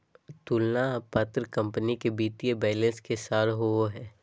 तुलना पत्र कंपनी के वित्तीय बैलेंस के सार होबो हइ